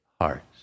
hearts